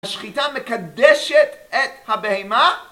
השחיטה מקדשת את הבהמה